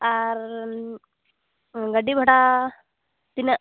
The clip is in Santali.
ᱟᱨ ᱜᱟᱹᱰᱤ ᱵᱷᱟᱲᱟ ᱛᱤᱱᱟᱹᱜ